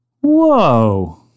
Whoa